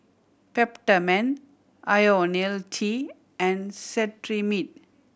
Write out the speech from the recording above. Peptamen Ionil T and Cetrimide